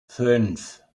fünf